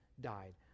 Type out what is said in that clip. died